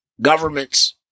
Governments